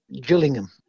Gillingham